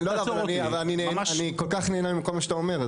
אבל אני כל כך נהנה מכל מה שאתה אומר,